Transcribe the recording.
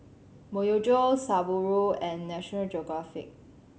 Myojo Subaru and National Geographic